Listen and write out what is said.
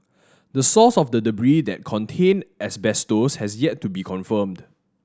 the source of the debris that contained asbestos has yet to be confirmed